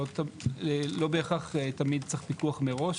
לא בהכרח תמיד צריך פיקוח מראש,